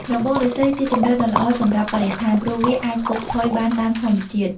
របងឬស្សីជាជម្រើសដ៏ល្អសម្រាប់បរិស្ថាន ព្រោះវាអាចពុកផុយបានតាមធម្មជាតិ។